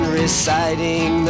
reciting